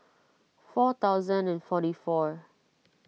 four thousand and forty four